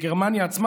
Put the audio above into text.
בגרמניה עצמה.